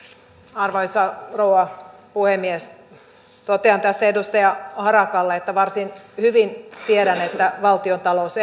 arvoisa rouva puhemies totean tässä edustaja harakalle että varsin hyvin tiedän että valtiontalous